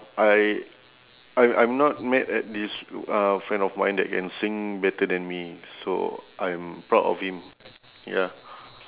I I I'm not mad at this uh friend of mine that can sing better than me so I'm proud of him ya